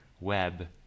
web